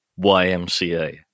YMCA